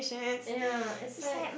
ya it's like